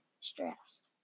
Stressed